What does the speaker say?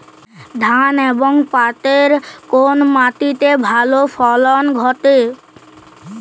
ধান এবং পাটের কোন মাটি তে ভালো ফলন ঘটে?